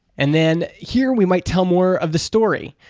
and then here we might tell more of the story.